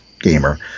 gamer